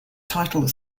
title